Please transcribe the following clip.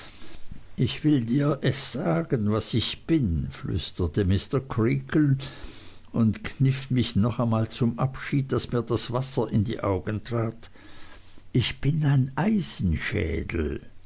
ich will dir sagen was ich bin flüsterte mr creakle und kniff mich noch einmal zum abschied daß mir das wasser in die augen trat ich bin ein